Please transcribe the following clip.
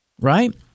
right